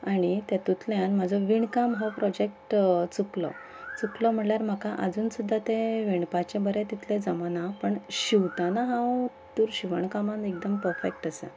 आनी तेतूंतल्यान म्हाजो विणकाम हो प्रोजॅक्ट चुकलो चुकलो म्हणल्या म्हाका अजून सुद्दां तें विणपाचें बरें तितलें जमना पूण शिंवताना हांव शिवण कामान एकदम परफेक्ट आसा